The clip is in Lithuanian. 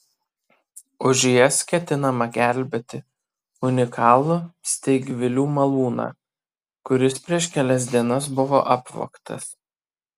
už jas ketinama gelbėti unikalų steigvilių malūną kuris prieš kelias dienas buvo apvogtas